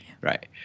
Right